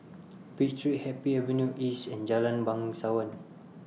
Pitt Street Happy Avenue East and Jalan Bangsawan